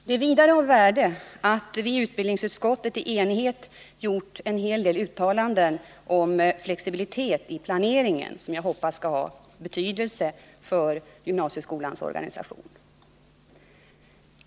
Det är vidare av värde att vi i utbildningsutskottet i enighet gjort en hel del uttalanden om flexibilitet i planeringen, som jag hoppas skall ha betydelse för gymnasieskolans organisation.